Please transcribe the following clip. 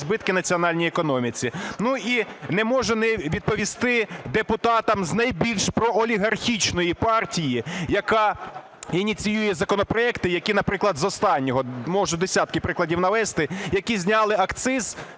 збитки національній економіці. Ну, і не можу не відповісти депутатам з найбільш проолігархічної партії, яка ініціює законопроекти, які, наприклад, з останнього, можу десятки прикладів навести, які зняли акциз